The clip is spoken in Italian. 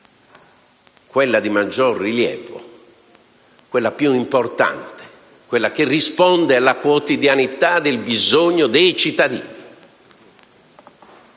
quella di maggior rilievo, quella più importante, quella che risponde alla quotidianità del bisogno dei cittadini.